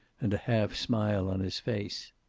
and a half smile on his face.